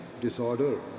disorder